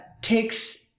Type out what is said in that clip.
takes